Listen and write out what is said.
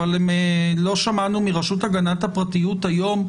אבל לא שמענו מרשות הגנת הפרטיות היום,